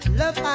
love